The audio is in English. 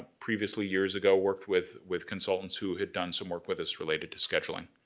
previously, years ago, worked with with consultants who had done some work with us related to scheduling.